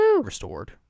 restored